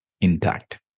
intact